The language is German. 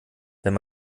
wenn